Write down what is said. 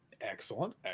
Excellent